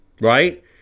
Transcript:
Right